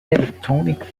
electronic